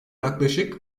yaklaşık